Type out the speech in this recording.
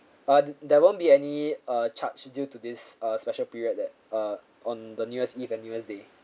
uh there won't be any uh charge due to this uh special period that uh on the new year's eve and new year's day